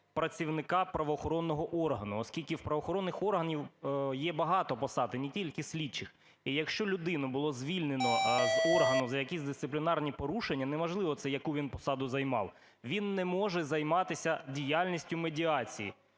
"працівника правоохоронного органу", оскільки у правоохоронних органах є багато посад, і не тільки слідчих. І якщо людину було звільнено з органу за якісь дисциплінарні порушення, неважливо це яку він посаду займав, він не може займатися діяльністю медіації.